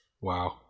wow